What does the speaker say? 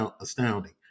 astounding